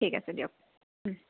ঠিক আছে দিয়ক